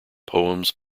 poems